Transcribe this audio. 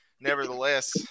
nevertheless